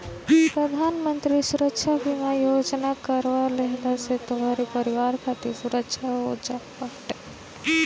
प्रधानमंत्री सुरक्षा बीमा योजना करवा लेहला से तोहरी परिवार खातिर सुरक्षा हो जात बाटे